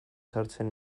sartzen